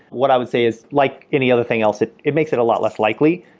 what i would say is like any other thing else, it it makes it a lot less likely.